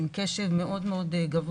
עם קשב מאוד מאוד גבוה,